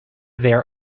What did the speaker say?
their